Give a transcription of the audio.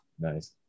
nice